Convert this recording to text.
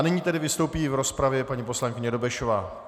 Nyní tedy vystoupí v rozpravě paní poslankyně Dobešová.